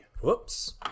Whoops